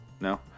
No